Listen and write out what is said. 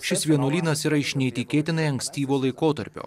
šie vienuolynas iš neįtikėtinai ankstyvo laikotarpio